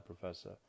Professor